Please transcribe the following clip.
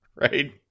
Right